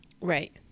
Right